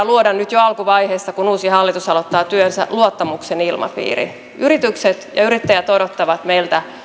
luoda nyt jo alkuvaiheessa kun uusi hallitus aloittaa työnsä luottamuksen ilmapiiri yritykset ja yrittäjät odottavat meiltä